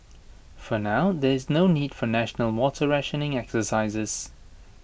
for now there is no need for national water rationing exercises